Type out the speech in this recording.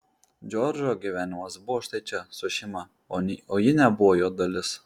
džordžo gyvenimas buvo štai čia su šeima o ji nebuvo jo dalis